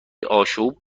آشوب